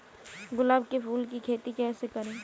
गुलाब के फूल की खेती कैसे करें?